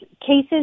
cases